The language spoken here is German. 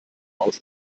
aus